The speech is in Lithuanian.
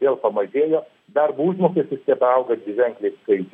vėl pamažėjo darbo užmokestis auga dviženkliais skaič